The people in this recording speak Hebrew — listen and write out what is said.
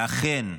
ואכן,